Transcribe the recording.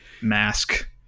mask